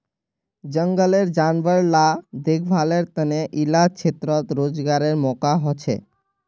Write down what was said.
जनगलेर जानवर ला देख्भालेर तने इला क्षेत्रोत रोज्गारेर मौक़ा होछे